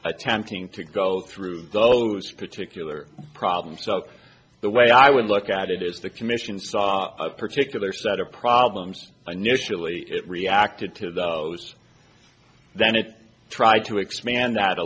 attempting to go through those particular problems so the way i would look at it is the commission saw a particular set of problems unusually it reacted to those then it tried to expand that a